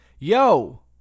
Yo